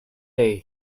day